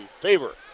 favor